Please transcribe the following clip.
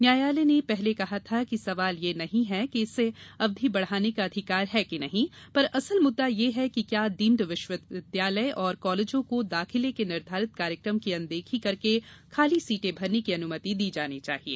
न्यायालय ने पहले कहा था कि सवाल यह नहीं है कि उसे अवधि बढ़ाने का अधिकार है कि नहीं पर असल मुद्दा यह है कि क्या डीम्ड विश्वविद्यालय और कॉलेजों को दाखिले के निर्घारित कार्यक्रम की अनदेखी करके खाली सीटें भरने की अनुमति दी जानी चाहिए